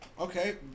Okay